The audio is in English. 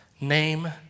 name